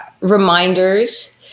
reminders